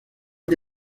que